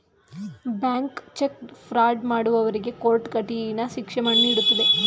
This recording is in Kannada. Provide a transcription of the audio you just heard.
ಬ್ಯಾಂಕ್ ಚೆಕ್ ಫ್ರಾಡ್ ಮಾಡುವವರಿಗೆ ಕೋರ್ಟ್ ಕಠಿಣ ಶಿಕ್ಷೆ ನೀಡುತ್ತದೆ